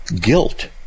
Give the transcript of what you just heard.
guilt